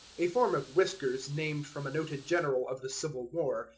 a form of whiskers named from a noted general of the civil war,